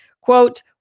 Quote